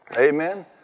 Amen